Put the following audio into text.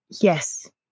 Yes